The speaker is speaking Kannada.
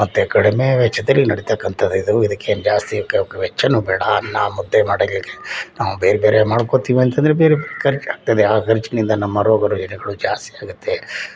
ಮತ್ತು ಕಡಿಮೆ ವೆಚ್ಚದಲ್ಲಿ ನಡೀತಕ್ಕಂಥದ್ದು ಇದು ಇದಕ್ಕೇನು ಜಾಸ್ತಿ ವೆಚ್ಚವೂ ಬೇಡ ಅನ್ನ ಮುದ್ದೆ ಮಾಡೋಕೆ ನಾವು ಬೇರೆ ಬೇರೆ ಮಾಡ್ಕೊಳ್ತೀವಿ ಅಂತ ಅಂದ್ರೆ ಬೇರೆ ಖರ್ಚು ಆಗ್ತದೆ ಆ ಖರ್ಚಿನಿಂದ ನಮ್ಮ ರೋಗ ರುಜಿನಗಳು ಜಾಸ್ತಿ ಆಗುತ್ತೆ